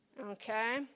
Okay